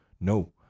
No